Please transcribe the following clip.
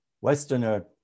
Westerner